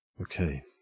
Okay